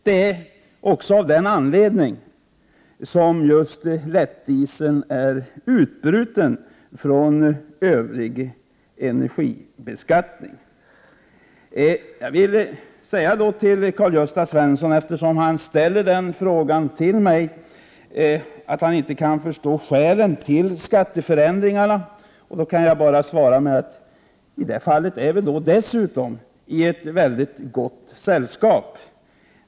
Det är också av den anledningen som just beskattningen på lättdiesel har brutits ut från övrig energibeskattning. Karl-Gösta Svenson ställde en fråga till mig. Han kunde inte förstå skälet 67 till skatteförändringarna. Jag kan bara svara att vi i det fallet är i mycket gott sällskap.